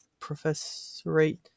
professorate